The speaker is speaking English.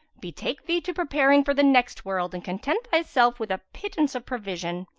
betake thee to preparing for the next world and content thyself with a pittance of provision.